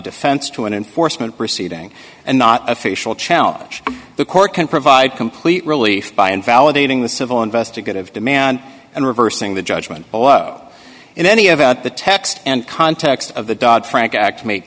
defense to an enforcement proceeding and not official challenge the court can provide complete relief by invalidating the civil investigative demand and reversing the judgment below in any event the text and context of the dodd frank act ma